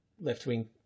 left-wing